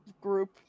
group